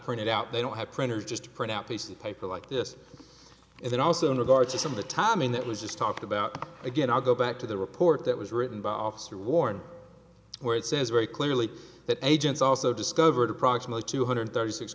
printed out they don't have printers just print out piece of paper like this and then also in regard to some of the timing that was just talked about again i'll go back to the report that was written by officer warren where it says very clearly that agents also discovered approximately two hundred thirty six